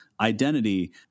identity